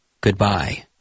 Goodbye